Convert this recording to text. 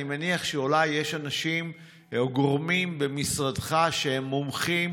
אני מניח שאולי יש אנשים או גורמים במשרדך שמומחים